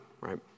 right